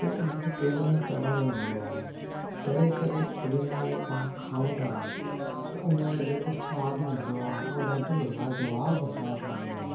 पोइ उन खे तेल में तरणु ईंदो आहे तरे करे ओॾीमहिल जो पाण खाऊं था त उन जो जेको सवादु हूंदो आहे उहो ॾाढो लाजवाब हो सवादु हूंदो आहे